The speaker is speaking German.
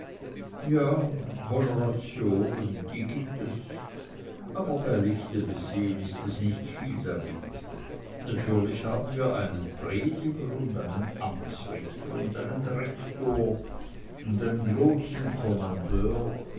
ja honoratioren die gibt es aber bei licht besehen ist es nicht viel damit natürlich haben wir einen prediger und einen amtsrichter und einen rektor und einen